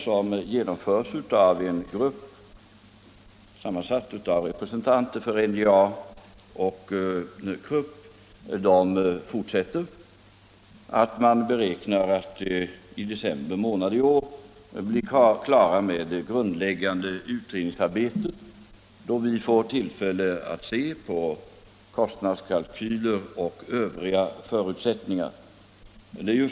Jag skulle gissa att stålverksprojektet inkl.